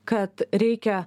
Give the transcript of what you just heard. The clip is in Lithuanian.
kad reikia